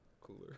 cooler